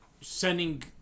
sending